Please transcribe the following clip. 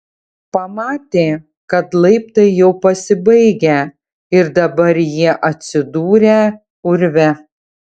pamatė kad laiptai jau pasibaigę ir dabar jie atsidūrę urve